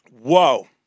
Whoa